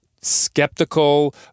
skeptical